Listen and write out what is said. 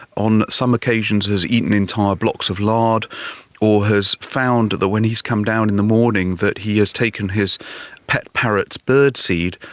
on some occasions has eaten entire blocks of lard or has found that when he has come down in the morning that he has taken his pet parrot's birdseed,